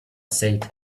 said